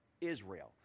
Israel